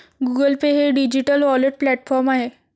Google Pay हे digital wallet platform आहे